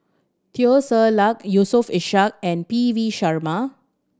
Teo Ser Luck Yusof Ishak and P V Sharma